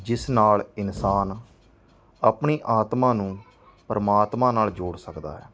ਜਿਸ ਨਾਲ ਇਨਸਾਨ ਆਪਣੀ ਆਤਮਾ ਨੂੰ ਪਰਮਾਤਮਾ ਨਾਲ ਜੋੜ ਸਕਦਾ ਹੈ